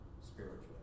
spiritually